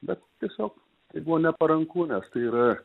bet tiesiog tai buvo neparanku nes tai yra